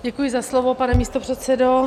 Děkuji za slovo, pane místopředsedo.